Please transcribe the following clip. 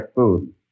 food